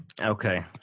Okay